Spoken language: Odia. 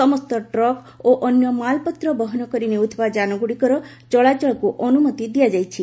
ସମସ୍ତ ଟ୍ରକ୍ ଓ ଅନ୍ୟ ମାଲ୍ପତ୍ର ବହନ କରି ନେଉଥିବା ଯାନଗୁଡ଼ିକର ଚଳାଚଳକୁ ଅନୁମତି ଦିଆଯାଇଛି